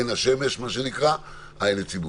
עין השמש, העין הציבורית.